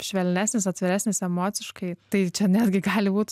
švelnesnis atviresnis emociškai tai čia netgi gali būt